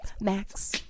Max